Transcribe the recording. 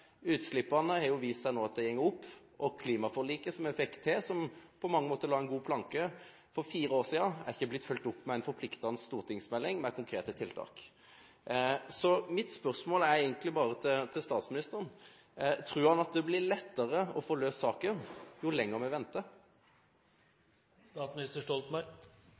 Utslippene har nå vist seg å gå opp, og det klimaforliket som vi fikk til for fire år siden, var på mange måter en god planke, men er ikke blitt fulgt opp med en forpliktende stortingsmelding med konkrete tiltak. Mitt spørsmål til statsministeren er egentlig bare: Tror han at det blir lettere å få løst saken jo lenger vi venter?